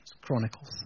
Chronicles